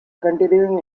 continuing